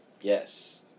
yes